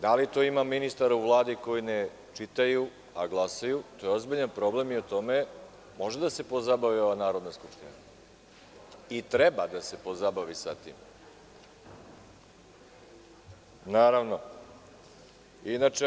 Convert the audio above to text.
Da li to ima ministar u Vladi koji ne čitaju, a glasaju, to je ozbiljan problem i o tome može da se pozabavi ova Narodna skupština i treba da se pozabavi sa tim, naravno.